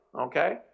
Okay